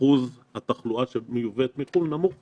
אחוז התחלואה שמיובאת מחו"ל נמוך יותר,